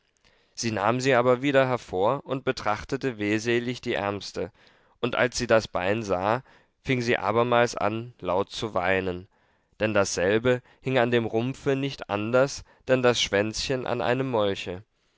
sie nahm sie aber wieder hervor und betrachtete wehselig die ärmste und als sie das bein sah fing sie abermals an laut zu weinen denn dasselbe hing an dem rumpfe nicht anders denn das schwänzchen an einem molche